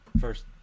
first